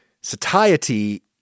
Satiety